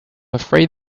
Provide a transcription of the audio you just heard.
afraid